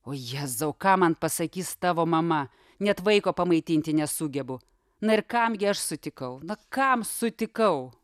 o jėzau ką man pasakys tavo mama net vaiko pamaitinti nesugebu na ir kam gi aš sutikau na kam sutikau